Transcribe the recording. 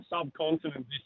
subcontinent